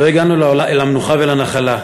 לא הגענו אל המנוחה והנחלה.